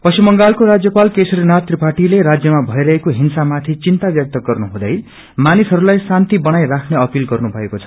पश्मिमच बंगालको राज्यपाल केशरीनाथ त्रिपाठीले चुनाव परिणाम पछि मइरहेको सिामाथि चिन्ता व्यक्त गर्नुहुँदै मानिसहरूलाई शान्ति बनाई राख्ने अपिल गर्नुभएको छ